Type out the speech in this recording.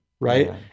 right